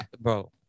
bro